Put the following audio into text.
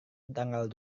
tanggal